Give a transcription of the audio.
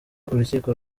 urukiko